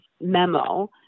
memo